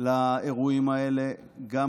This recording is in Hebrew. לאירועים האלה גם